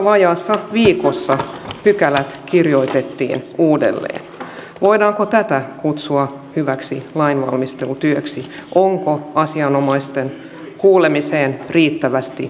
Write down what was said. meillä pitää olla selvä viesti että tätä kautta ei kannata lähteä tulemaan suomen puolelle